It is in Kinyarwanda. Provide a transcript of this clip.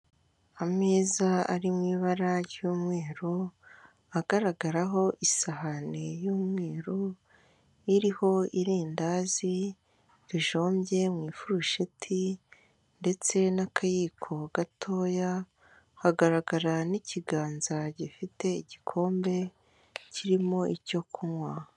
Ameza ari mu ibara ry'umweru agaragaraho isahani, y'umweru iriho irindazi rijombye mu ifurusheti, ndetse n'akayiko gatoya hagaragara n'ikiganza gifite igikombe kirimo icyo kunywa.